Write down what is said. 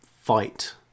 fight